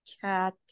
cat